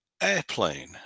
Airplane